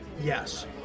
Yes